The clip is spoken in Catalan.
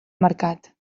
mercat